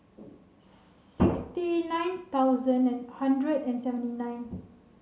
sixty nine thousand and hundred and seventy nine